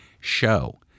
show